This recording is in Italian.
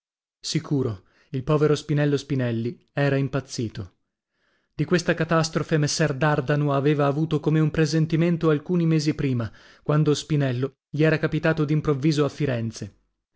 sicuro il povero spinello spinelli era impazzito di questa catastrofe messer dardano aveva avuto come un presentimento alcuni mesi prima quando spinello gli era capitato d'improvviso a firenze